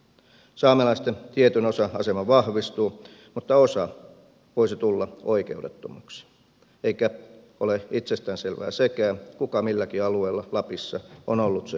saamelaisten tietyn osan asema vahvistuu mutta osa voisi tulla oikeudettomaksi eikä ole itsestään selvää sekään kuka milläkin alueella lapissa on ollut se ensimmäinen asukas